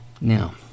Now